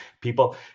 People